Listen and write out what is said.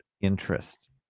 interest